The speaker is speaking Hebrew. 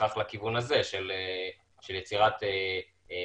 בהכרח לכיוון הזה של יצירת חובה,